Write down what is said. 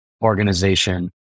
organization